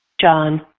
John